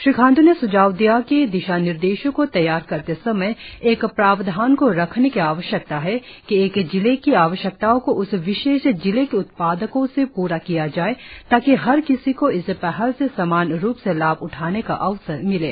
श्री खाण्डू ने स्झाव दिया कि दिशानिर्देशों को तैयार करते समय एक प्रावधान को रखने की आवश्यकता है कि एक जिले की आवश्यकताओं को उस विशेष जिले के उत्पादकों से पूरा किया जाएं ताकि हर किसी को इस पहल से समान रुप से लाभ उठाने का अवसर मिले